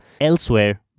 elsewhere